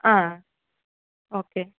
ஆ okay